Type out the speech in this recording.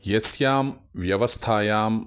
यस्यां व्यवस्थायाम्